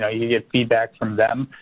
know, you get feedback from them.